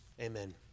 Amen